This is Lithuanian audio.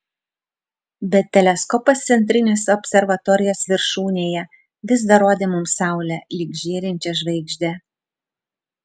bet teleskopas centrinės observatorijos viršūnėje vis dar rodė mums saulę lyg žėrinčią žvaigždę